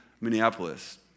Minneapolis